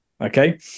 Okay